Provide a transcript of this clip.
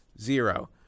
Zero